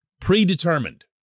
predetermined